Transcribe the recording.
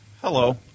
Hello